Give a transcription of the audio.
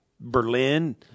Berlin